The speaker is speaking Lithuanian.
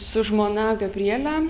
su žmona gabriele